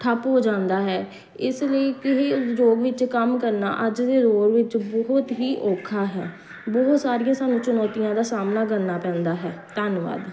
ਠੱਪ ਹੋ ਜਾਂਦਾ ਹੈ ਇਸ ਲਈ ਇੱਕ ਹੀ ਉਦਯੋਗ ਵਿੱਚ ਕੰਮ ਕਰਨਾ ਅੱਜ ਦੇ ਦੌਰ ਵਿੱਚ ਬਹੁਤ ਹੀ ਔਖਾ ਹੈ ਬਹੁਤ ਸਾਰੀਆਂ ਸਾਨੂੰ ਚਣੌਤੀਆਂ ਦਾ ਸਾਹਮਣਾ ਕਰਨਾ ਪੈਂਦਾ ਹੈ ਧੰਨਵਾਦ